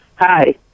Hi